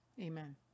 Amen